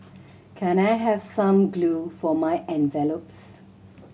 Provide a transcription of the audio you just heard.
can I have some glue for my envelopes